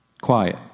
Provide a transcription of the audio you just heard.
quiet